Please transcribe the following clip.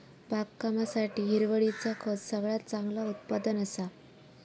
बागकामासाठी हिरवळीचा खत सगळ्यात चांगला उत्पादन असा